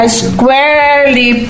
squarely